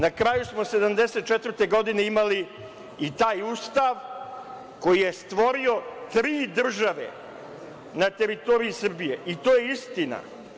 Na kraju smo 1974. godine imali i taj Ustav koji je stvorio tri države na teritoriji Srbije, i to je istina.